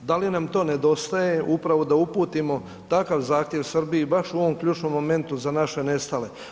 Da li nam to nedostaje upravo da uputimo takav zahtjev Srbiji baš u ovom ključnom momentu za naše nestale.